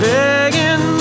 begging